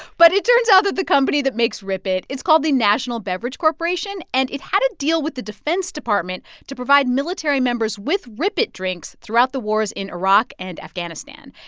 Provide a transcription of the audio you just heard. but it turns out that the company that makes rip it it's called the national beverage corporation and it had a deal with the defense department to provide military members with rip it drinks throughout the wars in iraq and afghanistan.